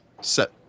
set